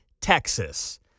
Texas